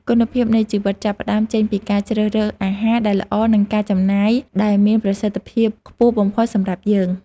គុណភាពនៃជីវិតចាប់ផ្ដើមចេញពីការជ្រើសរើសអាហារដែលល្អនិងការចំណាយដែលមានប្រសិទ្ធភាពខ្ពស់បំផុតសម្រាប់យើង។